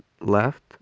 left